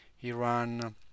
Iran